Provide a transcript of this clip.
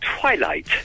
Twilight